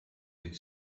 could